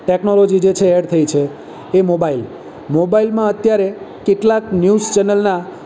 technology છે જે add થઈ છે એ મોબાઇલ મોબાઇલમાં અત્યારે કેટલાક ન્યૂઝ ચેનલના